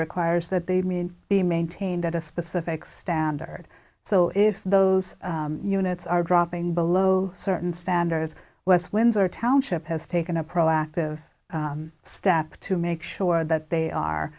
requires that they mean be maintained at a specific standard so if those units are dropping below certain standards west windsor township has taken a pro active step to make sure that they are